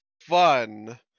fun